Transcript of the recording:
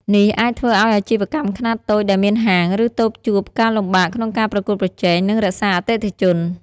នេះអាចធ្វើឲ្យអាជីវកម្មខ្នាតតូចដែលមានហាង ឬតូបជួបការលំបាកក្នុងការប្រកួតប្រជែង និងរក្សាអតិថិជន។